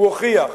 הוא הוכיח,